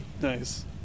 nice